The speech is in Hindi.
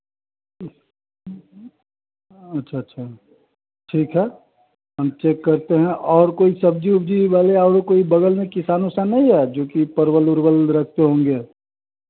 अच्छा अच्छा ठीक है हम चेक करते हैं और कोई सब्ज़ी वब्जी वाले और कोई बगल में किसान उसान नहीं है जो कि परवल वरवल रखते होंगे